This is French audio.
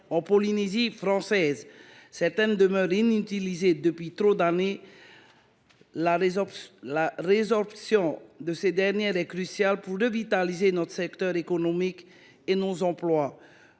en Polynésie française : certaines demeurent en l’état depuis trop d’années. La résorption de ces friches est cruciale pour revitaliser notre secteur économique et nos emplois.